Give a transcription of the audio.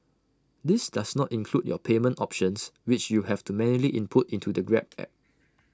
this does not include your payment options which you have to manually input into the grab app